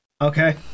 Okay